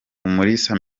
umulisa